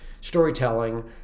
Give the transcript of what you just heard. storytelling